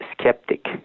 skeptic